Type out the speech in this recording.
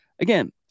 Again